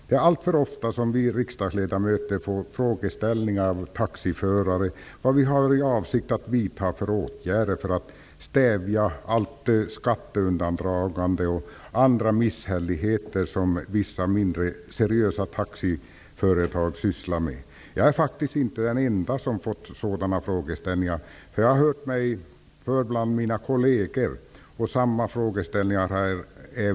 Det är alltför ofta som vi riksdagsledamöter får frågor från taxiförare vilka åtgärder vi har för avsikt att vidta för att stävja allt det skatteundandragande och andra misshälligheter som vissa, mindre seriösa taxiföretag sysslar med. Jag är inte den ende som har fått sådana frågor. Jag har hört mig för bland mina kolleger, och även de har mötts av samma frågeställningar.